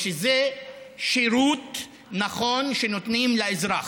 ושזה שירות נכון שנותנים לאזרח.